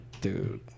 Dude